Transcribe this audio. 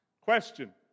Question